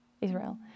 Israel